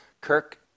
Kirk